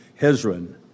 Hezron